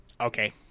Okay